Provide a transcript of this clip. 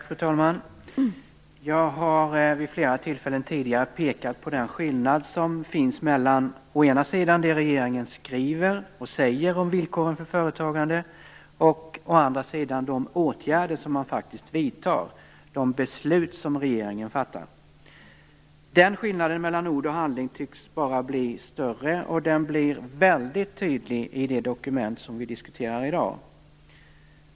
Fru talman! Jag har vid flera tillfällen tidigare pekat på den skillnad som finns emellan å ena sidan det regeringen skriver och säger om villkoren för företagande, å andra sidan de åtgärder som man faktiskt vidtar, de beslut som regeringen fattar. Den skillnaden mellan ord och handling tycks bara bli större, och den blir väldigt tydlig i det dokument som vi diskuterar i dag.